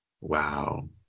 Wow